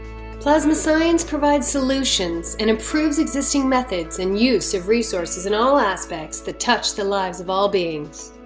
plasma science provides solutions and improves existing methods and use of resources in all aspects that touch the lives of all beings.